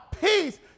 peace